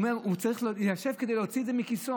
הוא אומר שהוא צריך להתיישב כדי להוציא את זה מכיסו,